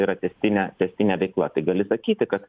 yra tęstinė tęstinė veikla gali sakyti kad